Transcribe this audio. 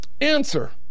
Answer